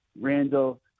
Randall